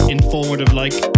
Informative-like